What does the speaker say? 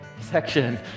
section